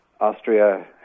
Austria